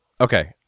Okay